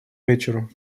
вечеру